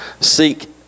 Seek